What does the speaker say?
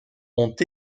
ont